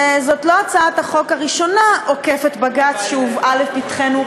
זאת לא הצעת החוק הראשונה עוקפת-הבג"ץ שהובאה לפתחנו,